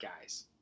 guys